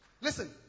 Listen